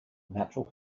natural